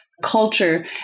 culture